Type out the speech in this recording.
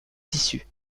tissu